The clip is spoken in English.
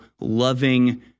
loving